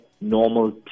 normal